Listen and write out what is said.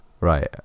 Right